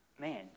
man